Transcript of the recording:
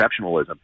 exceptionalism